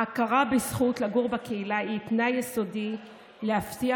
ההכרה בזכות לגור בקהילה היא תנאי יסודי להבטיח